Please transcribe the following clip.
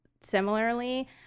similarly